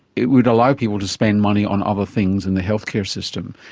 it would allow people to spend money on other things in the healthcare system.